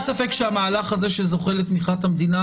ספק שהמהלך הזה שזוכה לתמיכת המדינה,